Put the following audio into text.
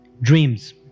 dreams